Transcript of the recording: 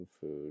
food